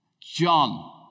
John